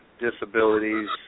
disabilities